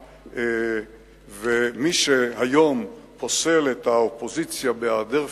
מי שהיום פוסל את האופוזיציה בהיעדר פרגון,